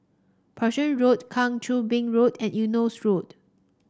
Berkshire Road Kang Choo Bin Road and Eunos Road